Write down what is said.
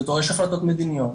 זה דורש החלטות מדיניות.